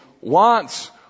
wants